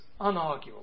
unarguable